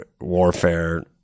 warfare